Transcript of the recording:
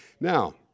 Now